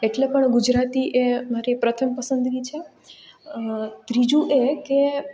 એટલે પણ ગુજરાતી એ મારી પ્રથમ પસંદગી છે ત્રીજું એ કે